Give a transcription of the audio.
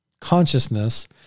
consciousness